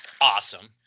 awesome